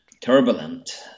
turbulent